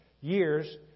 years